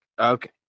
okay